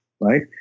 right